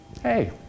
Hey